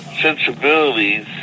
sensibilities